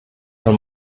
von